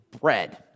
bread